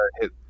hit